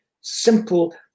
simple